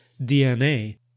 DNA